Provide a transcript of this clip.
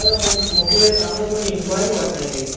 sir मु मूंखे तव्हां थोरी इंक्वारी वठिणी हुई